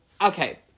okay